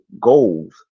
goals